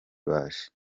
baje